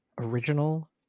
original